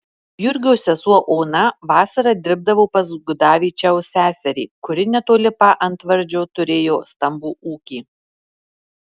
jurgio sesuo ona vasarą dirbdavo pas gudavičiaus seserį kuri netoli paantvardžio turėjo stambų ūkį